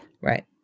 Right